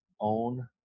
own